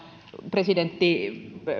presidentti